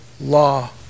law